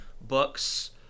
Books